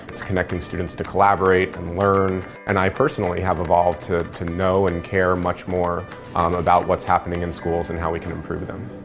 it's connecting students to collaborate and learn. and i personally have evolved to to know and care much more um about what's happening in schools and how we can improve them.